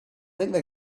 think